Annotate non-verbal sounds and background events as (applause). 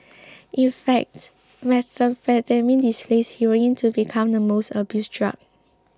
(noise) in fact (noise) methamphetamine displaced heroin to become the most abused drug